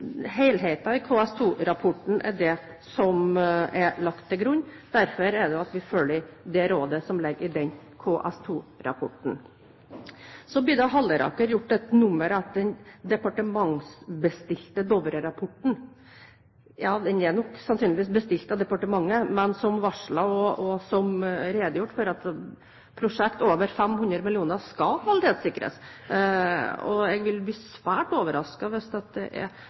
i KS2-rapporten, er det som er lagt til grunn. Derfor følger vi det rådet som ligger i KS2-rapporten. Så blir det av Halleraker gjort et nummer av «den departementsbestilte Dovre-rapporten». Ja, den er nok sannsynligvis bestilt av departementet, men som varslet, og som redegjort for, skal prosjekter over 500 mill. kr kvalitetssikres, og jeg vil bli svært overrasket hvis det er representanter i Stortinget som mener at